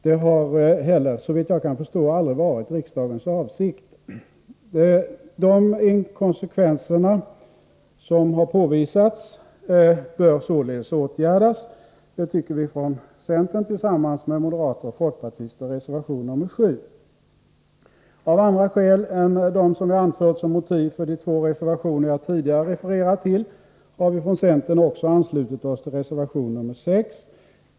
Det har heller, såvitt jag förstår, aldrig varit riksdagens avsikt. De inkonsekvenser som påvisats finnas bör således åtgärdas. Det tycker vi från centern tillsammans med moderater och folkpartister i reservation 7. Av andra skäl än de som jag anfört som motiv för de två reservationer jag tidigare refererat till, har vi från centern också anslutit oss till reservation 6.